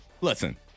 Listen